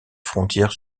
frontières